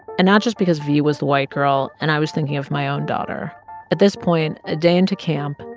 and not just because v was the white girl and i was thinking of my own daughter at this point, a day into camp,